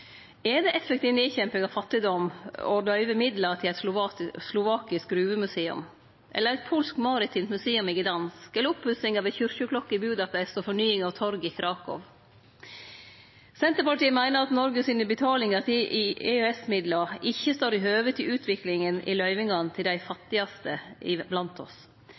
Er det effektiv nedkjemping av fattigdom å løyve midlar til eit slovakisk gruvemuseum, eit polsk maritimt museum i Gdansk, oppussing av ei kyrkjeklokke i Budapest eller fornying av torget i Krakow? Senterpartiet meiner at Noregs betalingar til EØS-midlar ikkje står i høve til utviklinga i løyvingane til dei fattigaste blant oss.